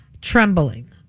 trembling